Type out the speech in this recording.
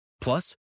Plus